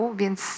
więc